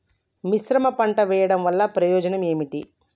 మిశ్రమ పంట వెయ్యడం వల్ల ప్రయోజనం ఏమిటి?